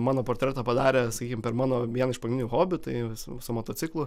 mano portretą padarė sakykim per mano vieną iš pagrindinių hobių tai su su motociklu